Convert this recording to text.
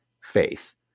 faith